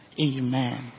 Amen